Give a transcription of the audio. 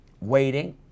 waiting